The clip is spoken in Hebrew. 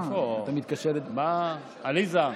אתה מתקשה, עליזה?